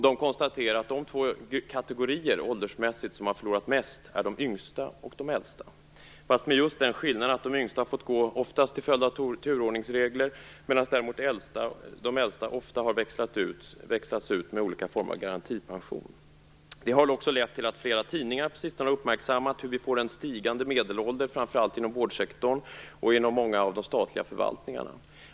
De konstaterar att de två ålderskategorier som har förlorat mest är den yngsta och den äldsta. Skillnaden är dock att de yngsta oftast har fått gå till följd av turordningsregler, medan de äldsta oftast har växlats ut med olika former av garantipension. Det har också lett till att flera tidningar på sistone har uppmärksammat hur vi får en stigande medelålder framför allt inom vårdsektorn och inom många av de statliga förvaltningarna.